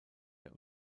der